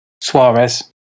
Suarez